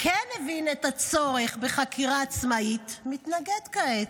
כן הבין את הצורך בחקירה עצמאית, מתנגד כעת?